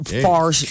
far